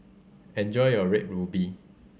enjoy your Red Ruby